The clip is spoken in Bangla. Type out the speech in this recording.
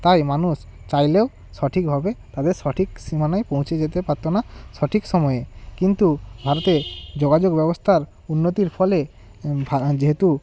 তাই মানুষ চাইলেও সঠিকভাবে তাদের সঠিক সীমানায় পৌঁছে যেতে পারতো না সঠিক সময়ে কিন্তু ভারতে যোগাযোগ ব্যবস্থার উন্নতির ফলে যেহেতু